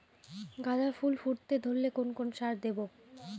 গাদা ফুল ফুটতে ধরলে কোন কোন সার দেব?